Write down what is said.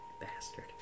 Bastard